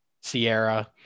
Sierra